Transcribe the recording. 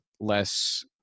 less